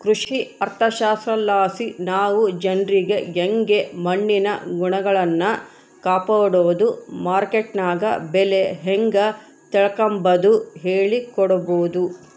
ಕೃಷಿ ಅರ್ಥಶಾಸ್ತ್ರಲಾಸಿ ನಾವು ಜನ್ರಿಗೆ ಯಂಗೆ ಮಣ್ಣಿನ ಗುಣಗಳ್ನ ಕಾಪಡೋದು, ಮಾರ್ಕೆಟ್ನಗ ಬೆಲೆ ಹೇಂಗ ತಿಳಿಕಂಬದು ಹೇಳಿಕೊಡಬೊದು